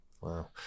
wow